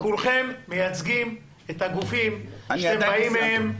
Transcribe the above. כולכם מייצגים את הגופים שאתם באים מהם,